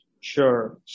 Sure